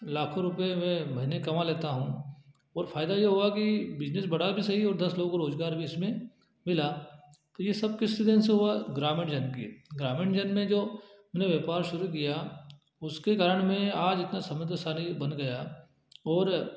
लाखों रुपए मैं महीने कमा लेता हूँ और फायदा ये हुआ कि बिजनेस बढ़ा भी सही और दस लोगों को रोजगार भी इसमें मिला फिर ये सब किस से हुआ ग्रामीण जन के ग्रामीण जन में जो मैंने व्यापार शुरू किया उसके कारण मैं आज इतना समृद्धशाली बन गया और